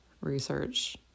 research